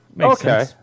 Okay